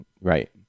right